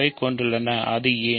யைக் கொண்டுள்ளன அது ஏன்